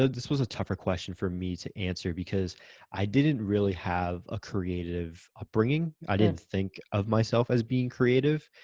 this was a tougher question for me to answer because i didn't really have a creative upbringing. i didn't think of myself as being creative.